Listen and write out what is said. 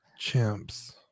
Chimps